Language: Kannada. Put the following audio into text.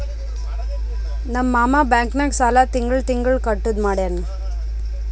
ನಮ್ ಮಾಮಾ ಬ್ಯಾಂಕ್ ನಾಗ್ ಸಾಲ ತಿಂಗಳಾ ತಿಂಗಳಾ ಕಟ್ಟದು ಮಾಡ್ಯಾನ್